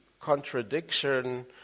contradiction